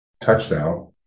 touchdown